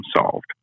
solved